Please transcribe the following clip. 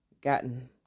gotten